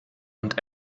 und